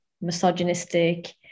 misogynistic